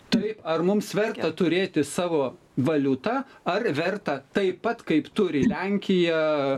taip ar mums verta turėti savo valiutą ar verta taip pat kaip turi lenkija